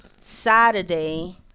Saturday